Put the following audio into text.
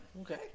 Okay